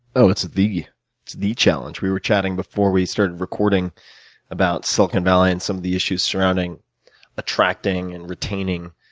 oh, it's the the challenge. we were chatting before we started recording about silicon valley and some of the issues surrounding attracting and retaining